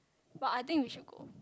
but I think we should go